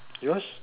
yours